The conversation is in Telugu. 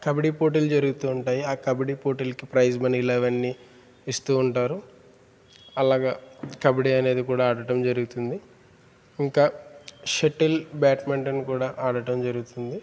కబడీ పోటీలు జరుగుతూ ఉంటాయి ఆ కబడ్డీ పోటీలకి ప్రైజ్ మనీలు అవన్నీ ఇస్తూ ఉంటారు అలాగా కబడ్డీ అనేది కూడా అడటం జరుగుతుంది ఇంకా షటిల్ బ్యాడ్మింటన్ కూడా ఆడటం జరుగుతుంది